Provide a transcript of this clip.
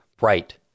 Right